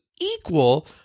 equal